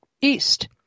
east